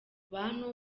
bantu